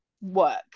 work